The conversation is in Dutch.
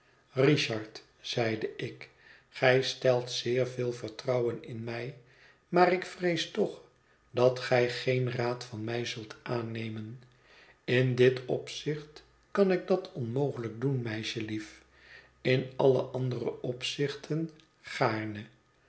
richard zeide ik gij stelt zeer veel vertrouwen in mij maar ik vrees toch dat gij geen raad van mij zult aannemen in dit opzicht kan ik dat onmogelijk doen meisjelief in alle andere opzichten